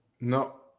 No